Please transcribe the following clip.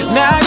Now